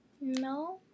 No